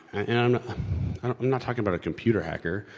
and i'm not. i'm not talking about a computer hacker.